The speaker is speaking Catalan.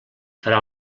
farà